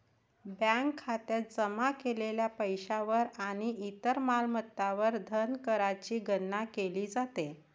bank खात्यात जमा केलेल्या पैशावर आणि इतर मालमत्तांवर धनकरची गणना केली जाते